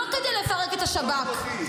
לא כדי לפרק את השב"כ -- 300 איש.